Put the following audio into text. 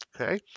Okay